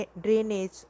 drainage